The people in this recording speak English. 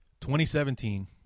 2017